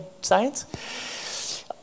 science